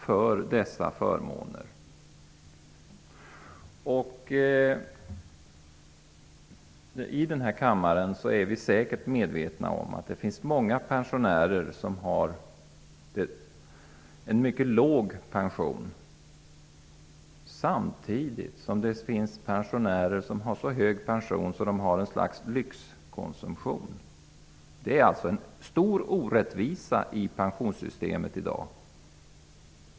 Vi är i denna kammare säkert medvetna om att det finns många pensionärer som har en mycket låg pension, samtidigt som det finns pensionärer som har så hög pension att de kan ha något slags lyxkonsumtion. Det finns alltså en stor orättvisa i pensionssystemet i dag.